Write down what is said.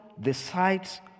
decides